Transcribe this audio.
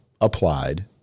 applied